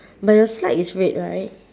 but your slide is red right